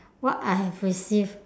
what I have received